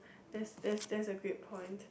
that's that's that's a great point